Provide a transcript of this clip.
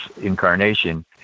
Incarnation